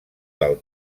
del